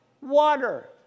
water